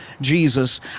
Jesus